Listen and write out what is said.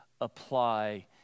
apply